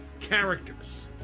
characters